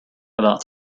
about